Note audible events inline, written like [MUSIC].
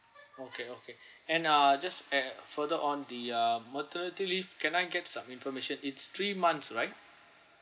[NOISE] okay okay [BREATH] and ah just add further on the uh maternity leave can I get some information it's three months right